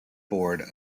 board